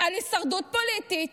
של הישרדות פוליטית,